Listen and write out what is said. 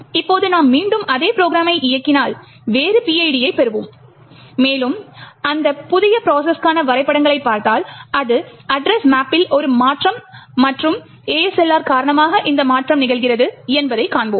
இப்போது நாம் மீண்டும் அதே ப்ரொக்ராமை இயக்கினால் வேறு PID ஐப் பெறுவோம் மேலும் அந்த புதிய ப்ரோசஸ்கான வரைபடங்களைப் பார்த்தால் அது அட்ரஸ் மேப்பில் ஒரு மாற்றம் மற்றும் ASLR காரணமாக இந்த மாற்றம் நிகழ்கிறது என்பதைக் காண்போம்